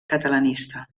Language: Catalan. catalanista